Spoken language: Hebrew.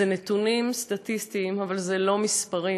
אלה נתונים סטטיסטיים אבל אלה לא מספרים,